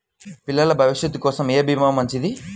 పిల్లల భవిష్యత్ కోసం ఏ భీమా మంచిది?